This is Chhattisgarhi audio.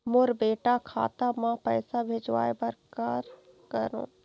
मोर बेटा खाता मा पैसा भेजवाए बर कर करों?